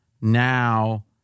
now